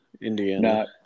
Indiana